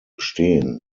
bestehen